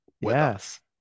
Yes